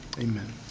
amen